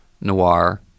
noir